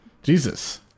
Jesus